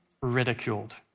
ridiculed